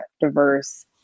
diverse